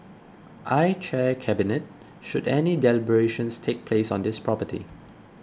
I chair cabinet should any deliberations take place on this property